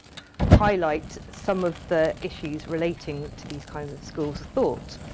highlight some of the issues relating to these kinds of schools of thought.